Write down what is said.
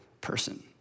person